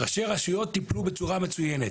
שראשי הרשויות טיפלו בצורה מצוינת.